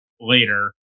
later